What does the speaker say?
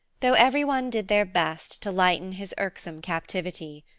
though everyone did their best to lighten his irksome captivity.